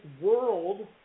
world